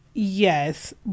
Yes